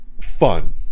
fun